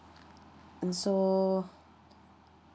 mm so